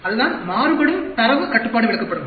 அதுதான் மாறுபடும் தரவு கட்டுப்பாட்டு விளக்கப்படங்கள்